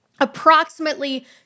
approximately